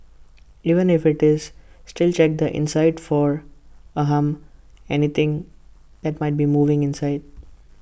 even if IT is still check the inside for ahem anything that might be moving inside